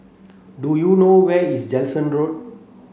do you know where is Jansen Road